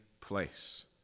place